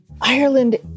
Ireland